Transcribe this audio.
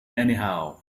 anyhow